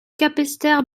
capesterre